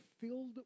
filled